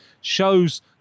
shows